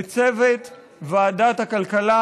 לצוות ועדת הכלכלה,